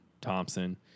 Thompson